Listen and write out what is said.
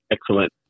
Excellent